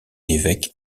évêque